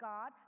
God